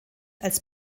als